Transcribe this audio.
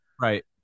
Right